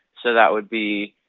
so that would be